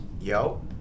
Yo